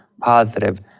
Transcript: positive